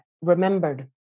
remembered